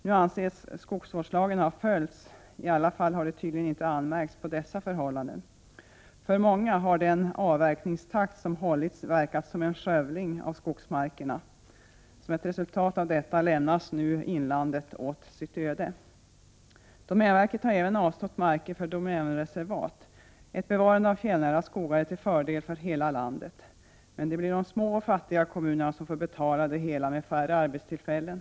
Nu anses skogsvårdslagen ha följts; i alla fall har det tydligen inte anmärkts på dessa förhållanden. För många har den avverkningstakt som hållits verkat som en skövling av skogsmarkerna. Som ett resultat av detta lämnas nu inlandet åt sitt öde. Domänverket har även avstått marker för domänreservat. Ett bevarande av fjällnära skogar är till fördel för hela landet. Men det blir de små och fattiga kommunerna som får betala det hela med färre arbetstillfällen.